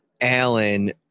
Allen